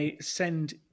send